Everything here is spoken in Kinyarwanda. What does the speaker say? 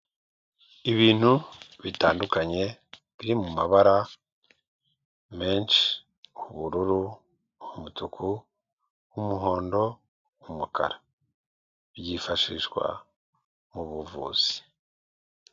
Ibintu bitandukanye biri mu mabara menshi; ubururu umutuku, wumuhondo, umukara, byifashishwa mu buvuzi.